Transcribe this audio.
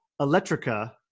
electrica